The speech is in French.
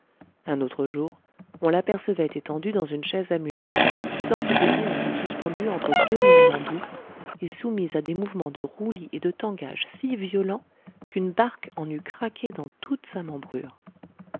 un autre jour on l'apercevait étendu dans une chaise à mulets sorte de guérite suspendue entre deux longs bambous et soumise à des mouvements de roulis et de tangage si violents qu'une barque en eût craqué dans toute sa membrure